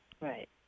Right